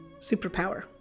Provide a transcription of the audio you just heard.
Superpower